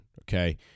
okay